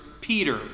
Peter